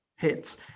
hits